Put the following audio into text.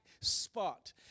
spot